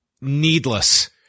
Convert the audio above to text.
needless